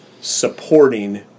supporting